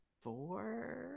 four